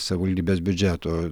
savivaldybės biudžeto